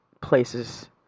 places